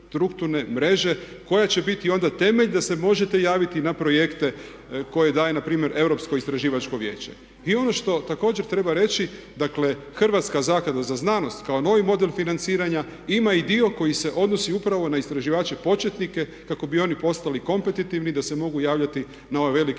koja će biti onda temelj da se možete javiti na projekte koje daje npr. Europsko istraživačko vijeće. I ono što također treba reći dakle Hrvatska zaklada za znanost kao novi model financiranja ima i dio koji se odnosi upravo na istraživače početnike kako bi oni postali kompetitivni da se mogu javljati na ove velike projekte